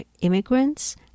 immigrants